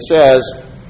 says